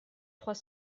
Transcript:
trois